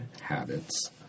habits